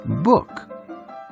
book